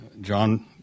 John